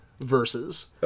Versus